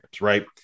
right